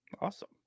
Awesome